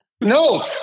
No